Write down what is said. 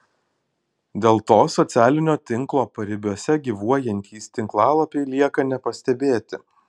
dėl to socialinio tinklo paribiuose gyvuojantys tinklalapiai lieka nepastebėti